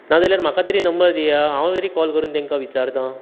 नाजाल्यार म्हाका तरी नंबर दियात हांव तरी कॉल करून तांकां विचारतां